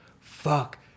fuck